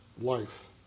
life